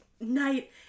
night